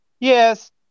Yes